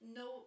no